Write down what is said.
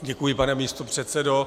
Děkuji, pane místopředsedo.